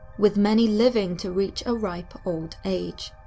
with many living to reach a ripe old age.